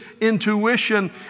intuition